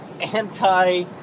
anti